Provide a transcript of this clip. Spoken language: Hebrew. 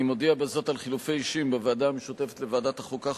אני מודיע בזאת על חילופי אישים בוועדה המשותפת לוועדת החוקה,